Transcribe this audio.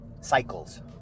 cycles